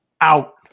Out